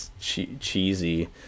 cheesy